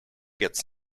gets